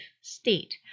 state